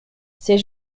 c’est